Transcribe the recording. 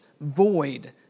void